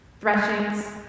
Threshings